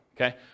okay